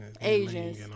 Asians